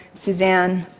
suzanne,